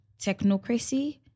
technocracy